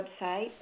website